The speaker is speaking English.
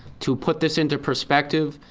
to put this into perspective,